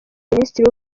minisitiri